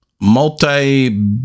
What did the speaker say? multi